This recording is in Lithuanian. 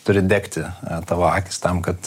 turi degti tavo akys tam kad